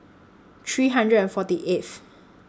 three hundred and forty eighth